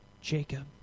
Jacob